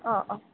অঁ অঁ